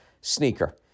sneaker